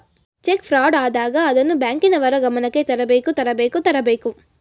check fraud ಆದಾಗ ಅದನ್ನು ಬ್ಯಾಂಕಿನವರ ಗಮನಕ್ಕೆ ತರಬೇಕು ತರಬೇಕು ತರಬೇಕು